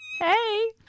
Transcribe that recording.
Hey